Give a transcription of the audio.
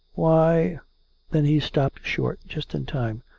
why then he stopped short, just in time.